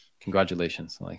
Congratulations